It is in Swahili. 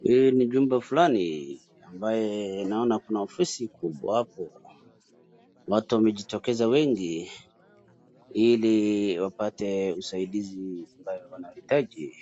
Hii ni jumba fulani ambayo naona kuna ofisi kubwa hapo. Watu wamejitokeza wengi ili wapate usaidizi ambao wanahitaji.